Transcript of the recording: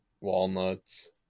walnuts